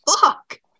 fuck